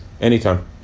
Anytime